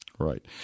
Right